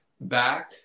back